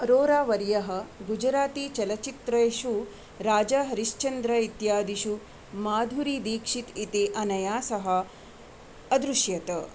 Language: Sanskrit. अरोरा वर्यः गुजरातीचलच्चित्रेषु राजाहरिश्चन्द्र इत्यादिषु माधुरीदीक्षित् इति अनया सह अदृश्यत